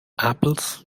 apples